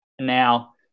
Now